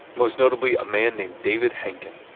most notably a man named david henken.